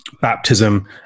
baptism